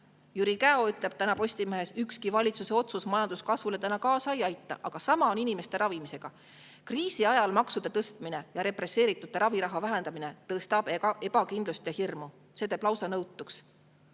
Jüri Käo ütleb täna Postimehes, et ükski valitsuse otsus majanduskasvule kaasa ei aita. Sama on inimeste ravimisega. Kriisi ajal maksude tõstmine ja represseeritute raviraha vähendamine tõstab ebakindlust ja hirmu. See teeb lausa nõutuks.